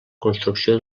construcció